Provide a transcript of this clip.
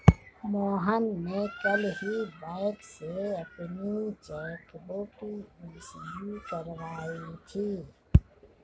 मोहन ने कल ही बैंक से अपनी चैक बुक इश्यू करवाई थी